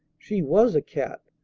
she was a cat,